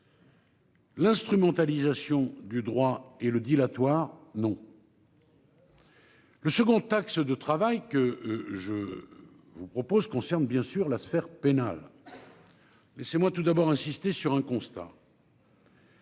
L'instrumentalisation du droit et le dilatoire non.-- Le second axe de travail que je. Vous propose concerne bien sûr la sphère pénale. Mais c'est moi tout d'abord insisté sur un constat.--